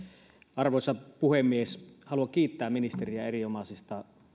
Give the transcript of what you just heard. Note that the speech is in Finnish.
arvoisa puhemies haluan kiittää ministeriä erinomaisista